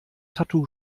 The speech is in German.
tattoo